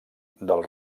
del